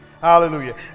hallelujah